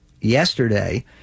yesterday